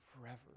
forever